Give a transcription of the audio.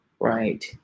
Right